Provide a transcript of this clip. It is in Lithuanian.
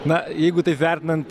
na jeigu taip vertinant